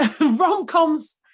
rom-coms